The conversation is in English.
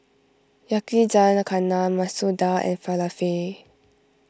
Yakizakana Masoor Dal and Falafel